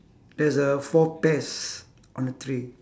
there's a four pears on the tree